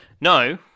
no